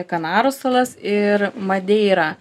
kanarų salas ir madeirą